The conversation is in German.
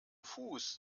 fuß